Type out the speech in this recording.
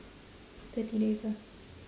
thirty days ah